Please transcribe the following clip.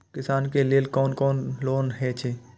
किसान के लेल कोन कोन लोन हे छे?